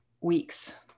weeks